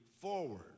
forward